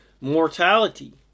mortality